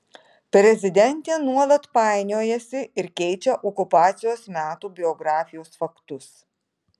prezidentė nuolat painiojasi ir keičia okupacijos metų biografijos faktus